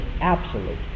absolute